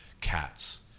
Cats